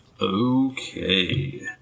Okay